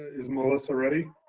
is melissa ready?